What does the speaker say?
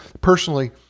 personally